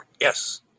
Yes